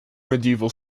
medieval